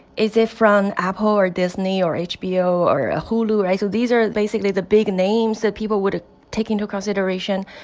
is it from apple or disney or hbo or ah hulu, right? so these are basically the big names that people would take into consideration.